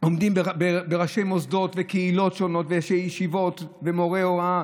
עומדים בראשי מוסדות וקהילות שונות וישיבות ומורי הוראה.